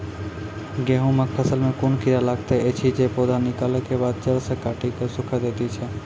गेहूँमक फसल मे कून कीड़ा लागतै ऐछि जे पौधा निकलै केबाद जैर सऽ काटि कऽ सूखे दैति छै?